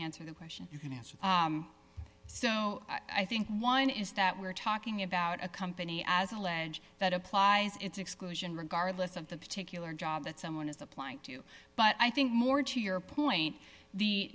answer the question you can answer so i think one is that we're talking about a company as a ledge that applies its exclusion regardless of the particular job that someone is applying to but i think more to your point the